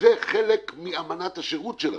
זה חלק מאמנת השירות שלכם,